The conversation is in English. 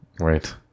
Right